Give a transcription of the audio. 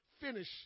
finish